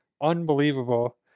unbelievable